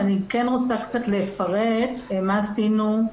ואני כן רוצה קצת לפרט מה עשינו,